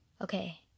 okay